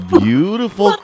beautiful